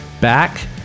back